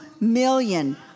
million